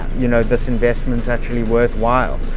you know, this investment is actually worthwhile